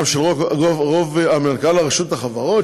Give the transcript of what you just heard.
גם של מנכ"ל רשות החברות,